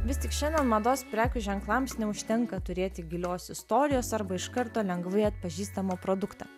vis tik šiandien mados prekių ženklams neužtenka turėti gilios istorijos arba iš karto lengvai atpažįstamą produktą